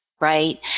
right